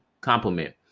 compliment